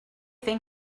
think